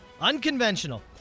Unconventional